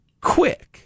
quick